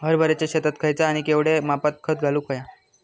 हरभराच्या शेतात खयचा आणि केवढया मापात खत घालुक व्हया?